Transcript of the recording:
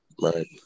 Right